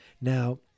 Now